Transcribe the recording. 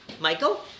Michael